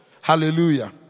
Hallelujah